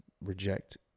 reject